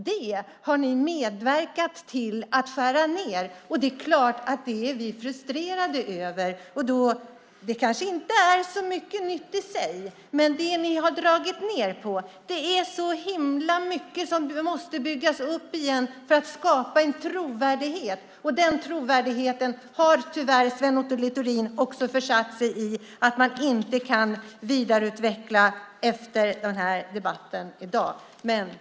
Det har ni medverkat till att skära ned, och det är vi såklart frustrerade över. Det kanske inte är så mycket nytt i sig, men det ni har dragit ned på är så himla mycket, och det måste byggas upp igen för att skapa en trovärdighet. När det gäller den trovärdigheten har tyvärr Sven Otto Littorin försatt sig i en situation att han inte kan vidareutveckla den efter debatten i dag.